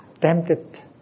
tempted